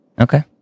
Okay